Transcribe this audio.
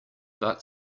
but